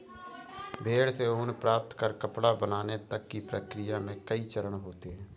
भेड़ से ऊन प्राप्त कर कपड़ा बनाने तक की प्रक्रिया में कई चरण होते हैं